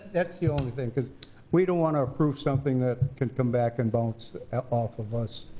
that's the only thing. because we don't want to approve something that can come back and bounce off of us.